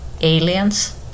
aliens